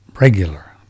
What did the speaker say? regular